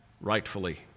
rightfully